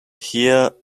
here